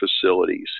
facilities